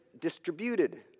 distributed